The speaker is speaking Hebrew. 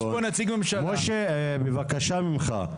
משה, בבקשה ממך.